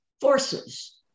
forces